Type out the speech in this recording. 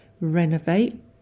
Renovate